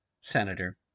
Senator